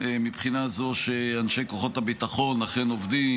מהבחינה שאנשי כוחות הביטחון אכן עובדים